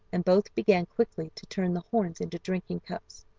and both began quickly to turn the horns into drinking cups.